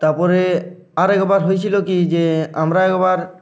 তারপরে আর একবার হয়েছিলো কি যে আমরা একবার